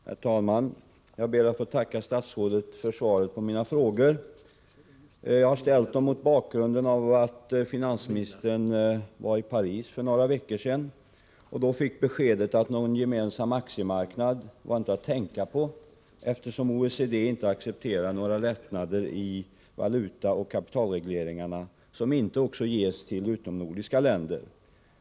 Herr talman! Jag ber att få tacka statsrådet för svaret. För några veckor sedan var ju finansministern i Paris. Han fick då beskedet att någon gemensam nordisk aktiemarknad inte var att tänka på, eftersom OECD inte accepterar några lättnader i fråga om valutaoch kapitalregleringarna som inte gäller även utomnordiska länder.